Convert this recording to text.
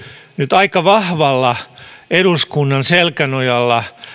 nyt aika vahvalla eduskunnan selkänojalla